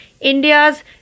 India's